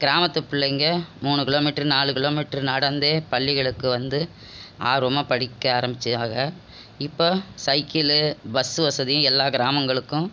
கிராமத்து பிள்ளைங்க மூணு கிலோ மீட்ரு நாளு கிலோ மீட்ரு நடந்தே பள்ளிகளுக்கு வந்து ஆர்வமாக படிக்க ஆரமிச்சிகாக இப்போ சைக்கிளு பஸு வசதி எல்லா கிராமங்களுக்கும்